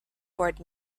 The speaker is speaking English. board